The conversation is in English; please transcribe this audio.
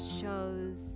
Shows